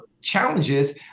challenges